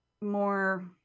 more